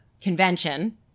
convention